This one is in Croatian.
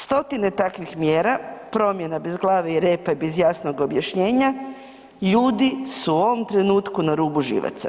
Stotine takvih mjera, promjena bez glave i repa i bez jasnog objašnjenja, ljudi su u ovom trenutku na rubu živaca.